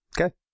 Okay